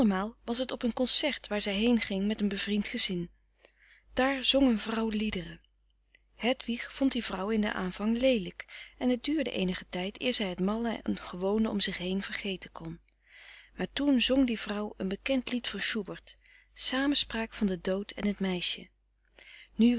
was het op een concert waar zij heenging met een bevriend gezin daar zong een vrouw frederik van eeden van de koele meren des doods liederen hedwig vond die vrouw in den aanvang leelijk en het duurde eenigen tijd eer zij het malle en gewone om zich heen vergeten kon maar toen zong die vrouw een bekend lied van schubert samenspraak van den dood en het